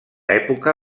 època